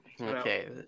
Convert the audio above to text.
Okay